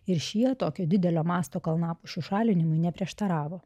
ir šie tokio didelio masto kalnapušių šalinimui neprieštaravo